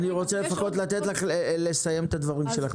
אני רוצה לפחות לתת לך לסיים את הדברים שלך,